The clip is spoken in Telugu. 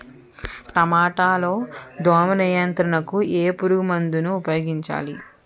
టమాటా లో దోమ నియంత్రణకు ఏ పురుగుమందును ఉపయోగించాలి?